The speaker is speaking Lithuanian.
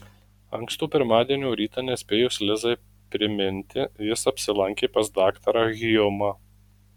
ankstų pirmadienio rytą nespėjus lizai priminti jis apsilankė pas daktarą hjumą